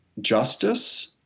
justice